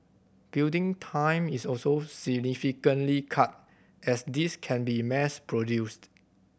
building time is also significantly cut as these can be mass produced